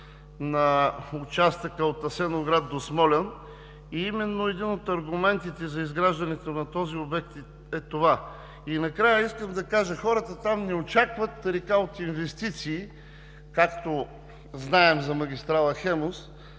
на участъка от Асеновград до Смолян и именно един от аргументите за изграждането на този обект е това. Накрая, искам да кажа, че хората там не очакват река от инвестиции – както знаем, за магистрала „Хемус“,